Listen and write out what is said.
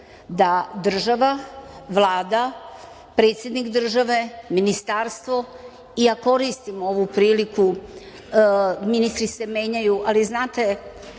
da država, Vlada, predsednik države, ministarstvo, ja koristim ovu priliku, ministri se menjaju, ali znate